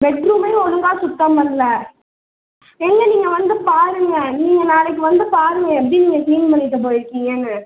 bed ரூமையும் ஒழுங்காக சுத்தம் பண்ணல ஏங்க நீங்கள் வந்து பாருங்க நீங்கள் நாளைக்கு வந்து பாருங்க எப்படி நீங்கள் கிளீன் பண்ணிகிட்டு போயிருக்கீங்கனு